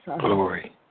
Glory